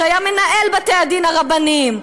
שהיה מנהל בתי-הדין הרבניים,